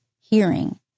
hearing